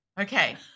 okay